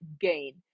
gain